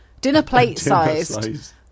dinner-plate-sized